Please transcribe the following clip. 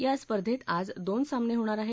या स्पर्धेत आज दोन सामने होणार आहेत